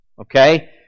Okay